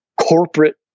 corporate